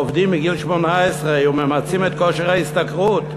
העובדים מגיל 18 וממצים את כושר ההשתכרות,